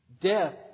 death